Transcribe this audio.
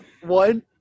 One